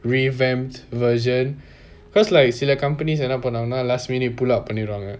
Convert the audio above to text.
revamped version cause like சில்ல:silla companies என்ன பன்னுவாங்கன:enna pannuvangana last minute pull up பன்னிடுவாங்க:paniduvanga